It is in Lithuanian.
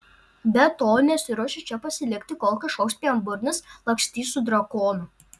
be to nesiruošiu čia pasilikti kol kažkoks pienburnis lakstys su drakonu